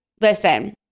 Listen